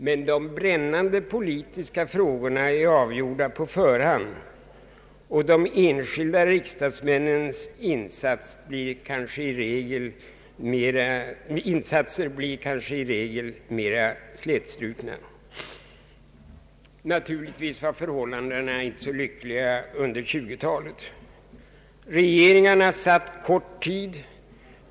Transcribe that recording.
Men de brännande politiska frågorna är avgjorda på förhand, och de enskilda riksdagsmännens insatser blir kanske i regel mera slätstrukna. Naturligtvis var förhållandena inte i allt lyckliga under 1920-talet. Regeringarna satt kort tid.